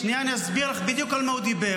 שנייה, אני אסביר לך בדיוק על מה הוא דיבר.